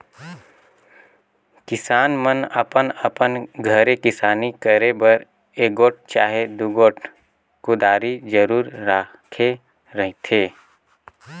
किसान मन अपन अपन घरे किसानी करे बर एगोट चहे दुगोट कुदारी जरूर राखे रहथे